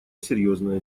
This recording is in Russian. серьезное